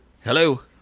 Hello